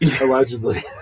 Allegedly